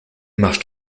marchent